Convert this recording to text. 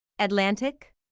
Atlantic